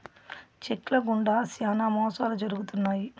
check ల గుండా శ్యానా మోసాలు జరుగుతున్నాయి